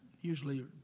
Usually